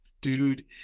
dude